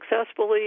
successfully